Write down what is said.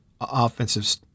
offensive